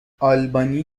آلبانی